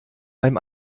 beim